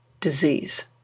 disease